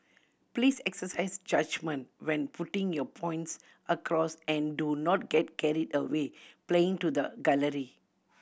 please exercise judgement when putting your points across and do not get carried away playing to the gallery